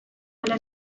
dela